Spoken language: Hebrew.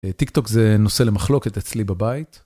טיקטוק זה נושא למחלוקת אצלי בבית.